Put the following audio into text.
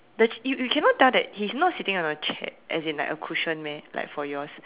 the you you cannot tell that he's not sitting on a chair as in like a cushion meh like for yours